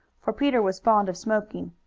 for peter was fond of smoking,